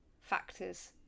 factors